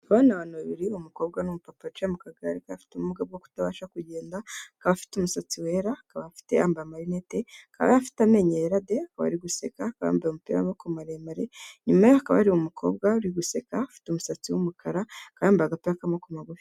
Bano bantu babiri, ni umukobwa n'umupapa wicaye mu kagare k'abafite ubumuga bwo kutabasha kugenda; akaba afite umusatsi wera, akaba yambaye amarinete, kandi afite amenyo yera de ari guseka, akaba yambaye umupira w'amaboko maremare; inyuma ye hakaba hari umukobwa uri guseka ufite umusatsi w'umukara, akaba yambaye agapira k'amaboko magufi.